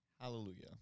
Hallelujah